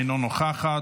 אינה נוכחת,